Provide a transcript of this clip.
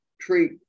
treat